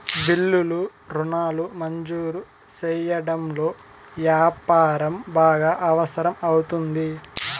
బిల్లులు రుణాలు మంజూరు సెయ్యడంలో యాపారం బాగా అవసరం అవుతుంది